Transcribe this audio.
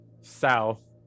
south